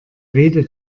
rede